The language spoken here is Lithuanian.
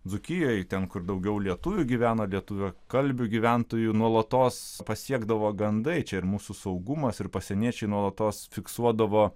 dzūkijoj ten kur daugiau lietuvių gyvena lietuviakalbių gyventojų nuolatos pasiekdavo gandai čia ir mūsų saugumas ir pasieniečiai nuolatos fiksuodavo